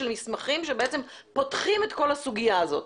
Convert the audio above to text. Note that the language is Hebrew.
של מסמכים שבעצם פותחים את כל הסוגיה הזאת,